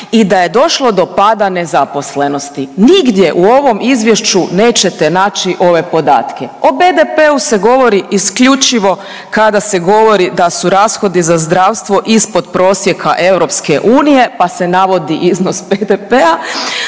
i da je došlo do pada nezaposlenosti. Nigdje u ovom izvješću nećete naći ove podatke. O BDP-u se govori isključivo kada se govori da su rashodi za zdravstvo ispod prosjeka EU, pa se navodi iznos BDP-a,